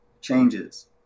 changes